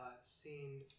seen